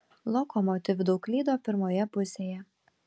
lokomotiv daug klydo pirmoje pusėje